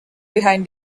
behind